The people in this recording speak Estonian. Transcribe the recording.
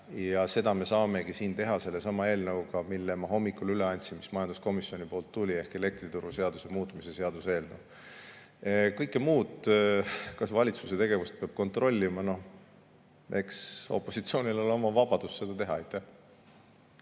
seda me saamegi siin teha sellesama eelnõuga, mille ma hommikul üle andsin, mis majanduskomisjonist tuli, ehk elektrituruseaduse muutmise seaduse eelnõu. Kõike muud, kas valitsuse tegevust peab kontrollima? Eks opositsioonil ole oma vabadus seda teha. Aitäh!